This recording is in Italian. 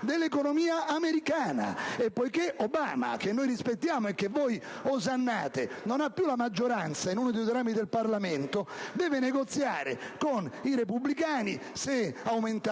dell'economia americana; e poiché Obama, che noi rispettiamo e voi osannate, non ha più la maggioranza in uno dei due rami del Parlamento, deve negoziare con i repubblicani se aumentare